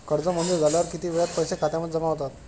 कर्ज मंजूर झाल्यावर किती वेळात पैसे खात्यामध्ये जमा होतात?